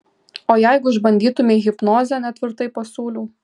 o jeigu išbandytumei hipnozę netvirtai pasiūliau